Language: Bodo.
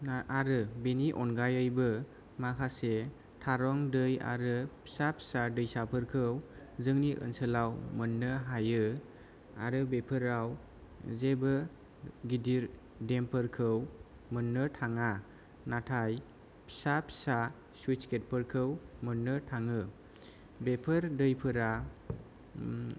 आरो बेनि अनगायैबो माखासे थारं दै आरो फिसा फिसा दैसाफोरखौ जोंनि ओनसोलाव मोन्नो हायो आरो बेफोराव जेबो गिदिर देम फोरखौ मोन्नो थाङा नाथाय फिसा फिसा सुइतस गेट खौ मोननो थाङो बेफोर दैफोरा